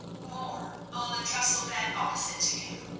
more, on the trestle bed opposite to him,